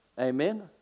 Amen